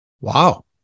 Wow